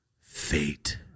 Fate